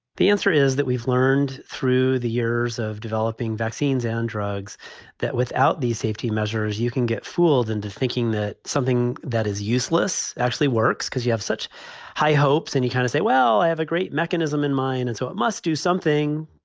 the answer is that we've learned through the years of developing vaccines and drugs that without these safety measures, you can get fooled into thinking that something that is useless actually works because you have such high hopes and you kind of say, well, i have a great mechanism in mind. and so it must do something.